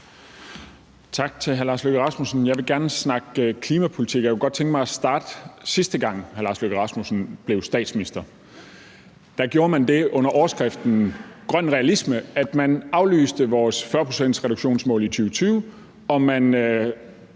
Tak til hr. Lars Løkke Rasmussen. Jeg vil gerne snakke klimapolitik, og jeg kunne godt tænke mig at starte, dengang hr. Lars Løkke Rasmussen sidste gang blev statsminister. Dengang gjorde man det under overskriften »grøn realisme«, at man aflyste vores mål om 40-procentsreduktion i 2020 og